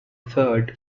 third